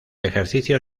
ejercicio